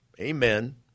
Amen